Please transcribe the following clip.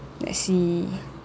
let's see